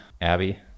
abby